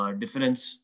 difference